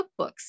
cookbooks